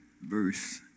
verse